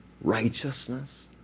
righteousness